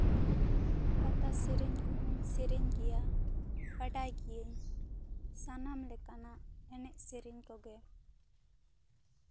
ᱯᱟᱛᱟ ᱥᱮᱨᱮᱧ ᱠᱚᱦᱚᱧ ᱥᱮᱨᱮᱧ ᱜᱮᱭᱟ ᱵᱟᱰᱟᱭ ᱜᱮᱭᱟᱧ ᱥᱟᱱᱟᱢ ᱞᱮᱠᱟᱱᱟᱜ ᱮᱱᱮᱡ ᱥᱮᱨᱮᱧ ᱠᱚᱜᱮ